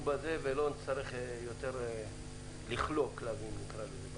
בזה ולא נצטרך יותר לכלוא כלבים אני לא